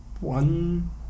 one